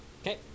Okay